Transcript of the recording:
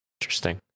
interesting